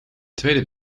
tweede